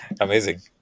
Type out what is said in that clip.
Amazing